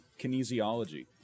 kinesiology